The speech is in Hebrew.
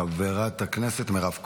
חברת הכנסת מירב כהן,